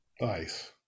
Nice